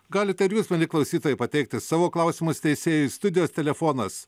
galite ir jūs mieli klausytojai pateikti savo klausimus teisėjui studijos telefonas